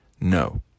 no